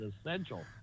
essential